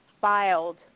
filed